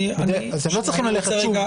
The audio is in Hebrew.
אתם לא צריכים ללכת שוב.